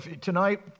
Tonight